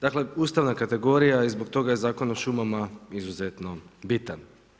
Dakle ustavna kategorija i zbog toga je Zakon o šumama izuzetno bitan.